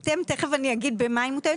תיכף אני אגיד במה היא מותאמת.